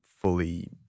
fully